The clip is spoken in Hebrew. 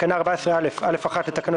תיקון תקנה 14א בתקנה 14א(א)(1) לתקנות